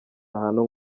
ahantu